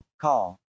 Call